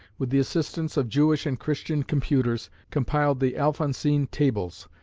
with the assistance of jewish and christian computers, compiled the alphonsine tables,